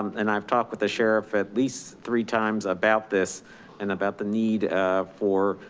and i've talked with the sheriff at least three times about this and about the need for.